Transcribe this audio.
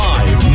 Live